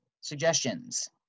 suggestions